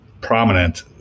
prominent